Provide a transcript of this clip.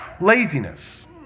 laziness